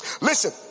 listen